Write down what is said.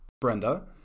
Brenda